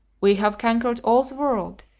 we have conquered all the world,